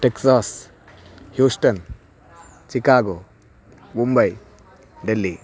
Texas Houston Chicago Mumbai Delhi